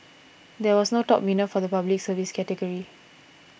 there was no top winner for the Public Service category